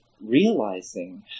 realizing